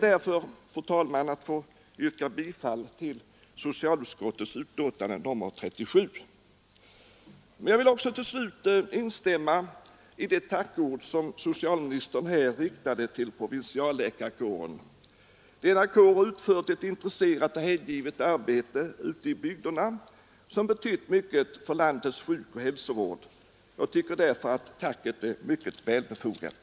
Därför ber jag, fru talman, att få yrka bifall till socialutskottets hemställan i förevarande betänkande nr 37. Till slut vill jag också, fru talman, instämma i de tackord som socialministern här riktade till provinsialläkarkåren. Den kåren har utfört ett intresserat och hängivet arbete ute i bygderna, som har betytt mycket för landets sjukoch hälsovård. Jag tycker därför att det tacket är mycket välbefogat.